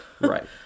right